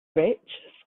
rich